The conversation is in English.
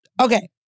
Okay